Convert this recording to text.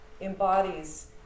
embodies